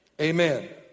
Amen